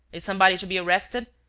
is somebody to be arrested?